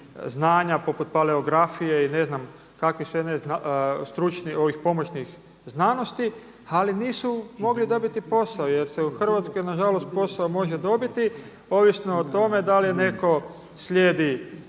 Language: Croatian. znanja poput paleografije i ne znam kakvih ne sve stručnih ovih pomoćnih znanosti, ali nisu mogli dobiti posao jer se u Hrvatskoj na žalost posao može dobiti ovisno o tome da li je netko slijedi